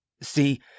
See